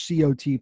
COT